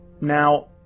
Now